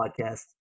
podcast